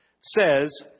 says